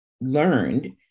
learned